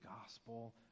gospel